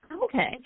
Okay